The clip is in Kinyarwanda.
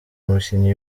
umukinyi